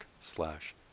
slash